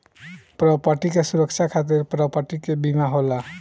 property के सुरक्षा खातिर प्रॉपर्टी के बीमा होला